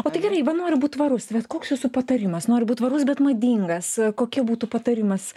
o tai gerai va noriu būt tvarus vat koks jūsų patarimas noriu būt tvarus bet madingas kokia būtų patarimas